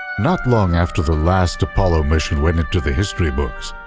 not long after the last apollo mission went into the history books,